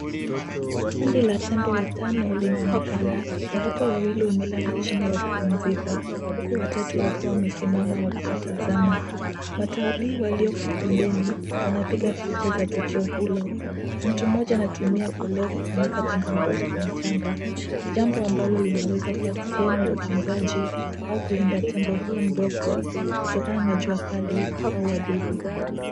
Kundi la tembo watano linaonekana, ambapo wawili wamelala chini wakipumzika, huku watatu wakiwa wamesimama wakiwatazama. Watalii waliopo pembeni wanapiga picha za tukio hilo. Mtu mmoja anatumia koleo kumfunika tembo mdogo kwa mchanga, jambo ambalo linaweza kuwa sehemu ya utunzaji au kulinda tembo huyo mdogo kutokana na jua kali au wadudu.